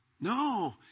No